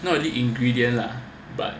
not really ingredient lah but